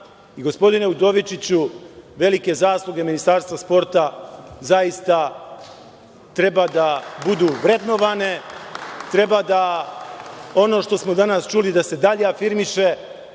Gospodine Udovičiću, velike zasluge Ministarstva sporta zaista treba da budu vrednovane, treba ono što smo danas čuli da se dalje afirmiše.